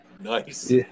nice